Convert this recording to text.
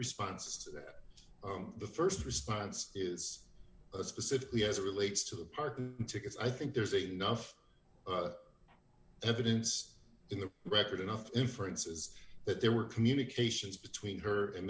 responses that the st response is specifically as it relates to the parking tickets i think there's enough evidence in the record enough inferences that there were communications between her and